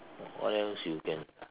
what else you can